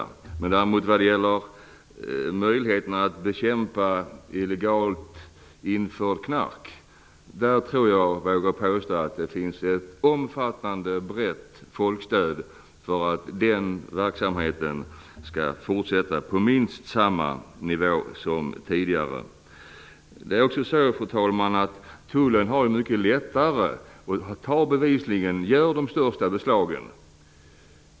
När det däremot gäller möjligheterna att bekämpa illegalt införd narkotika vågar jag påstå att det finns ett omfattande och brett folkstöd för att den verksamheten skall få fortsätta på minst samma nivå som tidigare. Det är också så, fru talman, att tullen har mycket lättare att göra beslag och gör bevisligen de största beslagen.